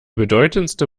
bedeutendste